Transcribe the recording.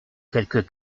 quelques